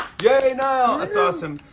yay, niall! that's awesome.